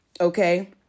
okay